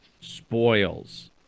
spoils